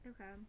Okay